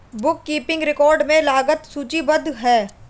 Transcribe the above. book keeping record में लागत सूचीबद्ध है